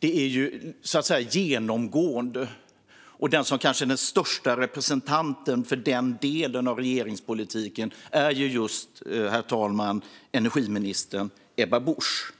är genomgående, och den kanske främsta representanten för den delen av regeringspolitiken är energiminister Ebba Busch.